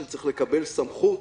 שצריך לקבל סמכות